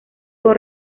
con